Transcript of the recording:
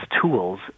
tools